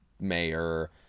mayor